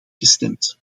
gestemd